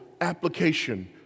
application